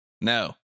No